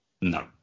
No